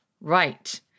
Right